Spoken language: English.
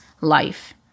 life